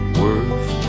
worth